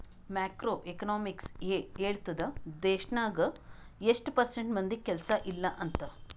macro economics ಎ ಹೇಳ್ತುದ್ ದೇಶ್ನಾಗ್ ಎಸ್ಟ್ ಪರ್ಸೆಂಟ್ ಮಂದಿಗ್ ಕೆಲ್ಸಾ ಇಲ್ಲ ಅಂತ